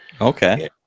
Okay